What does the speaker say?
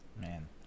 Man